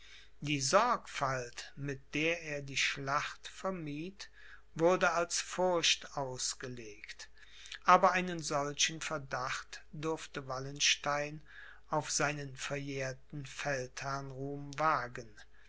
die sorgfalt mit der er die schlacht vermied wurde als furcht ausgelegt aber einen solchen verdacht durfte wallenstein auf seinen verjährten feldherrnruhm wagen